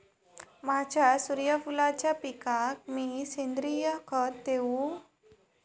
माझ्या सूर्यफुलाच्या पिकाक मी सेंद्रिय खत देवू?